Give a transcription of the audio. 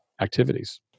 activities